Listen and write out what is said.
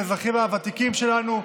האזרחים הוותיקים שלנו,